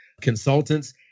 consultants